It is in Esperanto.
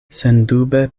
sendube